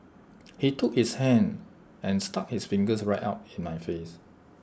he took his hand and stuck his fingers right up in my face